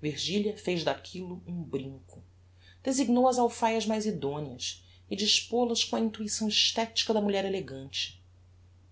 virgilia fez daquillo um brinco designou as alfaias mais idoneas e dispol as com a intuição esthetica da mulher elegante